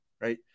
right